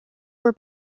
were